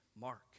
Mark